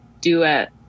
duet